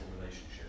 relationship